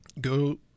go